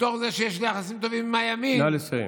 מתוך זה שיש לי יחסים טובים עם הימין, נא לסיים.